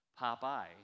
Popeye